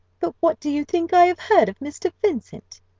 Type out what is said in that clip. but what do you think i have heard of mr. vincent?